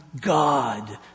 God